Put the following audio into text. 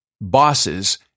bosses